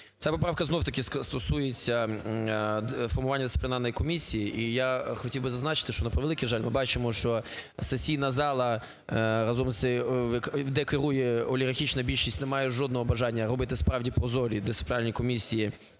Ця поправка знов-таки стосується формування дисциплінарної комісії. І я хотів би зазначити, що, на превеликий жаль, ми бачимо, що сесійна зала разом, де керує олігархічна більшість, не має жодного бажання робити, справді, прозорі дисциплінарні комісії